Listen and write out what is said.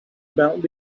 about